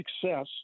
success